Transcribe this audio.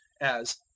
as,